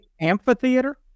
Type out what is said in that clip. amphitheater